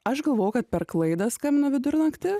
aš galvojau kad per klaidą skambino vidurnaktį